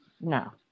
No